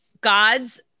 gods